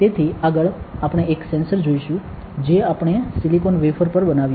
તેથી આગળ આપણે એક સેન્સર જોશું જે આપણે સિલિકોન વેફર પર બનાવ્યું છે